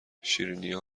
شیرینیا